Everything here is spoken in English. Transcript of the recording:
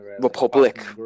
republic